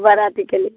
बाराती के लिए